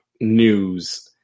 news